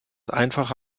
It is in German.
einfache